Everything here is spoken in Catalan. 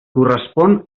correspon